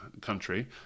country